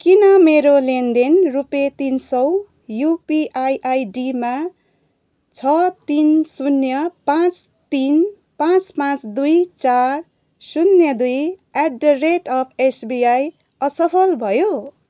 किन मेरो लेनदेन रुपियाँ तिन सय युपिआई आइडीमा छ तिन शून्य पाँच तिन पाँच पाँच दुई चार शून्य दुई at the rate of SBI असफल भयो